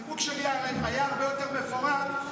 הנימוק שלי היה הרבה יותר מפורט,